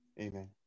Amen